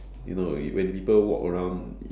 you know when people walk around uh